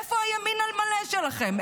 איפה הימין על מלא שלכם?